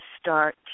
start